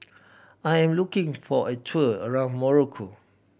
I am looking for a tour around Morocco